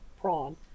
prawn